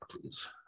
please